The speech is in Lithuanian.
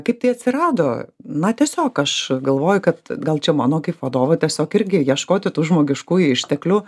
kaip tai atsirado na tiesiog aš galvoju kad gal čia mano kaip vadovo tiesiog irgi ieškoti tų žmogiškųjų išteklių